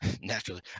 naturally